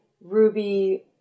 Ruby